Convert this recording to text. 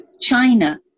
China